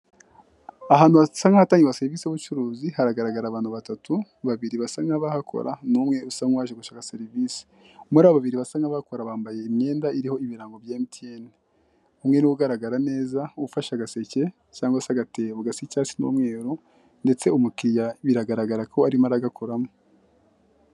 Ahantu hasa nk'ahatanga serivisi z'ubucuruzi haragaragara abantu batatu babiri basa nk'abahakora n'umwe usa n'uje gushaka serivisi, muri babiri basa nk'abahakora bambaye imyenda iriho ibirango bya emutiyeni, umwe niwe ugaragara neza ufashe agaseke cyangwa se agatebo gasa icyatsi n'umweru ndetse umukiriya biragaragara ko arimo araragakoramo.